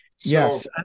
yes